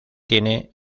tiene